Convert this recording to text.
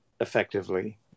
Effectively